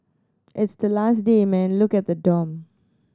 it's the last day man look at the dorm